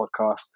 podcast